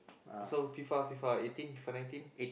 so F_I_F_A F_I_F_A of eighteen F_I_F_A Nineteen